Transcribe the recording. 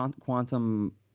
quantum